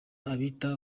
abita